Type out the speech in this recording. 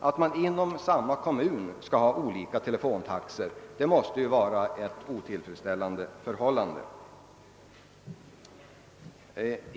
Att det inom samma kommun finns olika telefontaxor måste ju vara ett otillfredsställande förhållande.